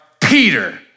Peter